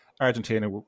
Argentina